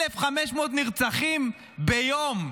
1,500 נרצחים ביום,